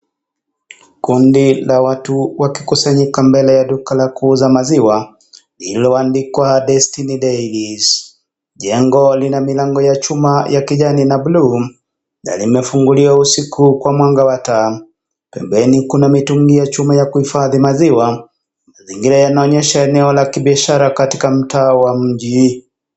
Kundi la watu wakikusanyika mbele ya duka la kuuza maziwa, lililoandikwa Destiny Dairies, jengo lina milango ya chuma ya kijani na buluu na limefunguliwa usiku kwa mwanga wa taa pembeni kuna mitungi ya chuma ya kuhifadhi maziwa zingira inaonyesha maeneo ya biashara katika mtaa wa mji.